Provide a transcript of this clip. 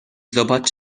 zobacz